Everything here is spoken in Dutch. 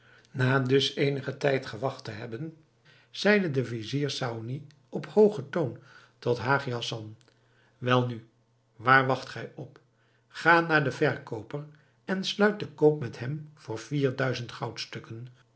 na dus eenigen tijd gewacht te hebben zeide de vizier saony op hoogen toon tot hagi hassan welnu waar wacht gij op ga naar den verkooper en sluit den koop met hem voor